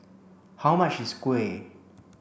how much is Kuih